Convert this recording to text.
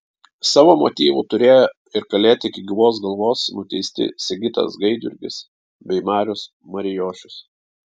savo motyvų turėjo ir kalėti iki gyvos galvos nuteisti sigitas gaidjurgis bei marius marijošius